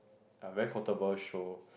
uh very quotable show